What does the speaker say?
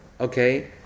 okay